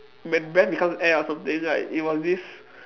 when breath becomes air or something like it was this